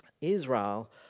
Israel